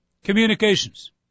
Communications